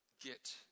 get